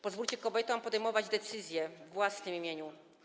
Pozwólcie kobietom podejmować decyzje we własnym imieniu.